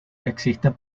existen